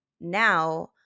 now